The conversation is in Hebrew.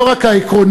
לא רק העקרונית,